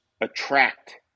attract